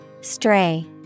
Stray